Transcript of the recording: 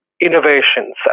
Innovations